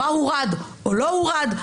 מה הורד או לא הורד.